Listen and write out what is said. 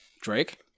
Drake